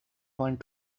want